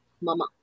Mama